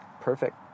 perfect